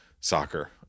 soccer